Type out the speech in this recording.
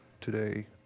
today